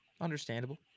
Understandable